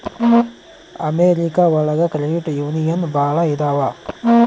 America ಒಳಗ credit union ಭಾಳ ಇದಾವ